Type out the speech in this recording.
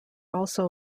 also